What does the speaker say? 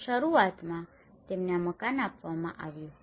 શરૂઆતમાં તેમને આ મકાન આપવામાં આવ્યું હતું